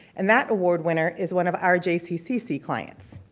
and that award winner is one of our jccc clients.